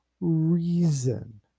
reason